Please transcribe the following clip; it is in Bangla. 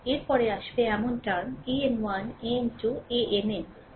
এরপরে আসবে এমন টার্ম an1 an2 ann